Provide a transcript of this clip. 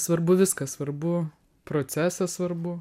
svarbu viskas svarbu procesas svarbu